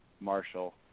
Marshall